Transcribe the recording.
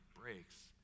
breaks